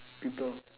people